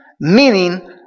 meaning